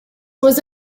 was